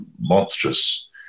monstrous